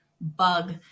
bug